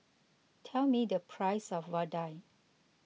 tell me the price of Vadai